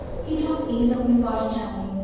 he talked easily of botticelli,